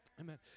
Amen